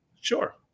Sure